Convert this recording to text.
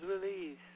release